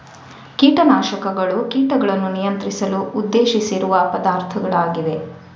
ಕೀಟ ನಾಶಕಗಳು ಕೀಟಗಳನ್ನು ನಿಯಂತ್ರಿಸಲು ಉದ್ದೇಶಿಸಿರುವ ಪದಾರ್ಥಗಳಾಗಿವೆ